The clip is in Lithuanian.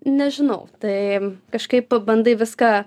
nežinau tai kažkaip pabandai viską